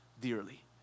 dearly